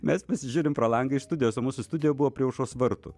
mes pasižiūrim pro langą iš studijos o mūsų studija buvo prie aušros vartų